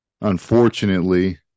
unfortunately